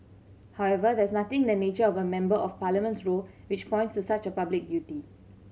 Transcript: however there is nothing in the nature of a Member of Parliament's role which points to such a public duty